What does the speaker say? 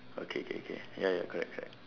okay K K ya ya correct correct